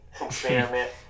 experiment